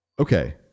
okay